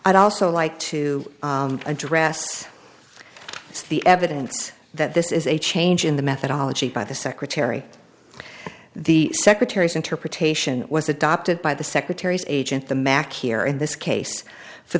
i'd also like to address is the evidence that this is a change in the methodology by the secretary the secretary's interpretation was adopted by the secretary's agent the mack here in this case for